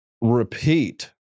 repeat